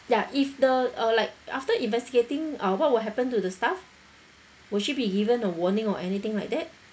ya if the uh like after investigating uh what will happen to the staff will she be given a warning or anything like that